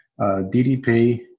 ddp